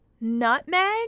Nutmeg